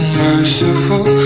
merciful